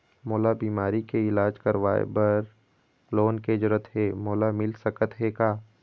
मोला बीमारी के इलाज करवाए बर लोन के जरूरत हे मोला मिल सकत हे का?